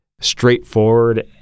straightforward